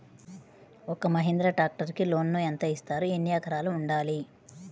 ఒక్క మహీంద్రా ట్రాక్టర్కి లోనును యెంత ఇస్తారు? ఎన్ని ఎకరాలు ఉండాలి?